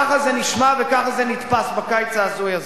ככה זה נשמע וככה זה נתפס בקיץ ההזוי הזה.